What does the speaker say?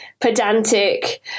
pedantic